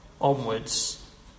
Onwards